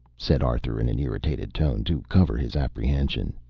said arthur in an irritated tone, to cover his apprehension.